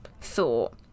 thought